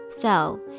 fell